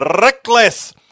Reckless